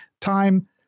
time